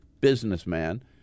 businessman